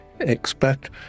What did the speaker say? expect